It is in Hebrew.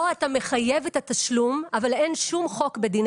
כאן אתה מחייב את התשלום אבל אין שום חוק בדיני